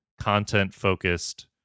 content-focused